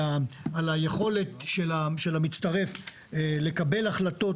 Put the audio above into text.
על היכולת של המצטרף לקבל החלטות.